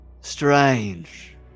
strange